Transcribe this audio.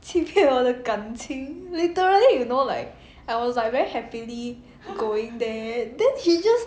欺骗我的感情 literally you know like I was like very happily going then then he just